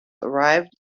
arrived